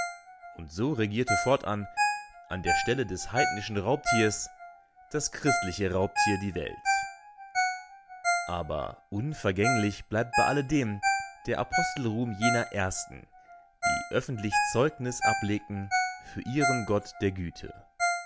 und so regierte fortan an stelle des heidnischen raubtiers das christliche raubtier die welt aber unvergänglich bleibt bei alledem der apostelruhm jener ersten die öffentlich zeugnis ablegten für ihren gott der güte